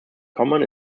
common